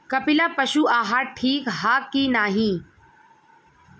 कपिला पशु आहार ठीक ह कि नाही?